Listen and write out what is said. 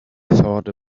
thought